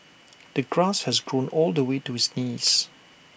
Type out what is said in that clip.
the grass had grown all the way to his knees